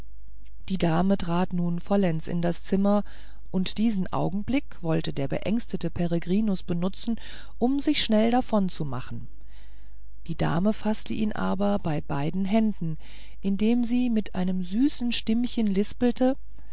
die dame trat nun vollends in das zimmer und diesen augenblick wollte der beängstete peregrinus benutzen um sich schnell davon zu machen die dame faßte ihn aber bei beiden händen indem sie mit einem süßen stimmchen lispelte